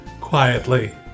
quietly